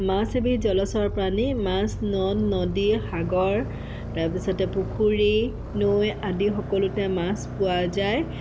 মাছ এবিধ জলচৰ প্ৰাণী মাছ নদ নদী সাগৰ তাৰপিছতে পুখুৰী নৈ আদি সকলোতে মাছ পোৱা যায়